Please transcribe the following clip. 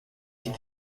ich